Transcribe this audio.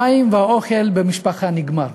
המים והאוכל במשפחה נגמרו.